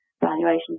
valuations